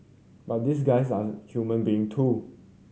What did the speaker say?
but these guys are human being too